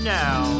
now